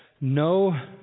no